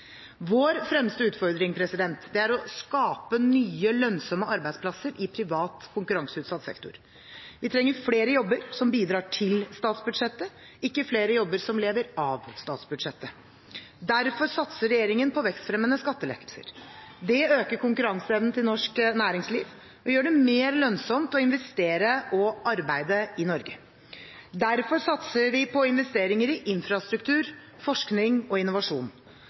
Vår fremste utfordring er å skape nye, lønnsomme arbeidsplasser i privat, konkurranseutsatt sektor. Vi trenger flere jobber som bidrar til statsbudsjettet, ikke flere jobber som lever av statsbudsjettet. Derfor satser regjeringen på vekstfremmende skattelettelser. Det øker konkurranseevnen til norsk næringsliv og gjør det mer lønnsomt å investere og arbeide i Norge. Derfor satser vi på investeringer i infrastruktur, forskning og innovasjon.